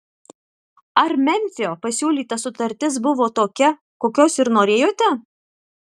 ar memfio pasiūlyta sutartis buvo tokia kokios ir norėjote